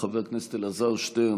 חבר הכנסת אלעזר שטרן,